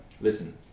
listen